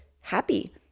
happy